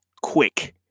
quick